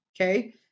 Okay